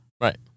Right